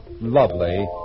lovely